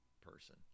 person